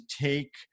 take